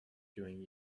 doing